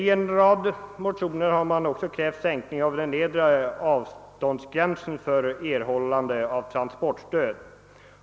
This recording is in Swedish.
I en rad motioner har krävts en sänkning av den nedre avståndsgränsen för erhållande av transportstöd.